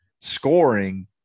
scoring